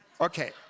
Okay